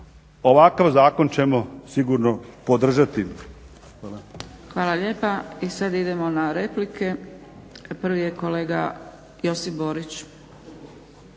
Ovakav zakon ćemo sigurno podržati. **Zgrebec, Dragica (SDP)** Hvala lijepa. I sad idemo na replike. Prvi je kolega Josip Borić.